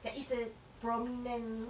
that is a prominent